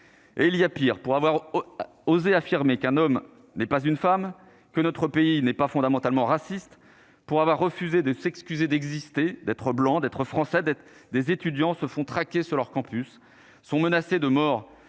Et il y a pire pour avoir osé affirmer qu'un homme n'est pas une femme, que notre pays n'est pas fondamentalement raciste pour avoir refusé de s'excuser d'exister, d'être blanc d'être Français d'être des étudiants se font traquer sur leur campus sont menacés de mort